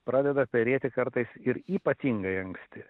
pradeda perėti kartais ir ypatingai anksti